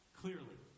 clearly